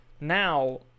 now